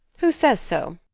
who says so?